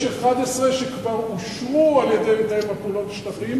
יש 11 שכבר אושרו על-ידי מתאם הפעולות בשטחים